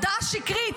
הודעה שקרית,